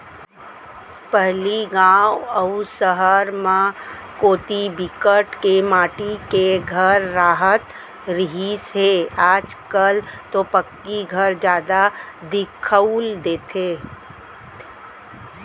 पहिली गाँव अउ सहर म कोती बिकट के माटी के घर राहत रिहिस हे आज कल तो पक्की घर जादा दिखउल देथे